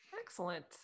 Excellent